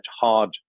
hard